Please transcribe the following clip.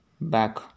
back